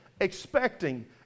Expecting